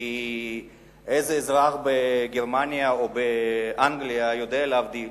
כי איזה אזרח בגרמניה או באנגליה יודע להבדיל?